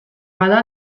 bada